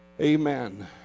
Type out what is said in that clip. Amen